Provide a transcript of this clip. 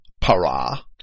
para